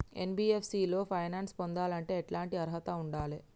NBFC లో finance పొందాలంటే ఎట్లాంటి అర్హత ఉండాలే?